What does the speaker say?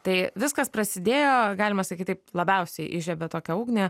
tai viskas prasidėjo galima sakyti taip labiausiai įžiebė tokią ugnį